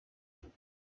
rwanda